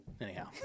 Anyhow